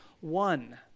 one